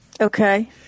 Okay